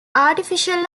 artificial